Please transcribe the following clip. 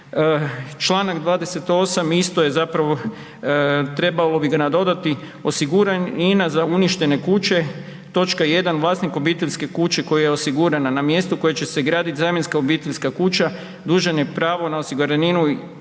Čl. 28. isto je zapravo trebalo bi ga nadodati, osiguranina za oštećene kuće, toč. 1. vlasnik obiteljske kuće koja je osigurana na mjestu koje će se gradit zamjenska obiteljska kuća dužan je pravo na osiguraninu